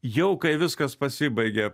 jau kai viskas pasibaigė